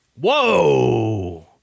Whoa